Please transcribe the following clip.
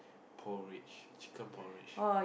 porridge chicken porridge